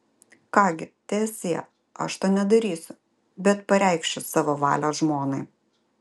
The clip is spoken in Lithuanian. ką gi teesie aš to nedarysiu bet pareikšiu savo valią žmonai